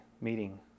meeting